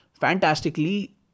fantastically